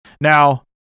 Now